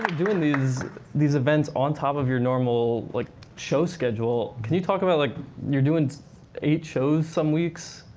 doing these these events on top of your normal like show schedule. can you talk about like you're doing eight shows some weeks,